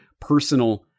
personal